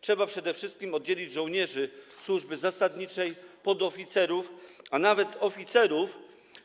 Trzeba przede wszystkim oddzielić żołnierzy służby zasadniczej, podoficerów, a nawet oficerów